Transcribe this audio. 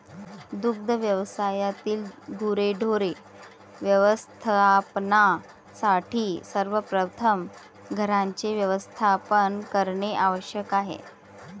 दुग्ध व्यवसायातील गुरेढोरे व्यवस्थापनासाठी सर्वप्रथम घरांचे व्यवस्थापन करणे आवश्यक आहे